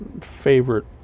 favorite